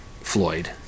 Floyd